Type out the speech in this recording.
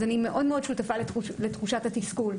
אני שותפה מאוד לתחושת התסכול.